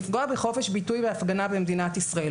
לפגוע בחופש ביטוי והפגנה במדינת ישראל.